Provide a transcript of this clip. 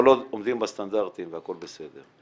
כל עוד עומדים בסטנדרטים והכול בסדר.